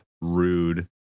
Rude